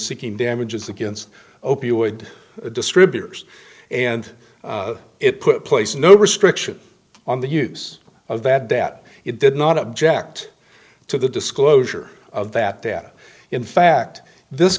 seeking damages against opioid distributors and it put place no restriction on the use of that that it did not object to the disclosure of that that in fact this